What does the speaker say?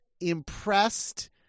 impressed